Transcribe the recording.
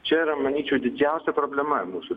čia yra manyčiau didžiausia problema mūsų